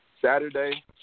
Saturday